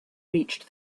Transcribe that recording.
reached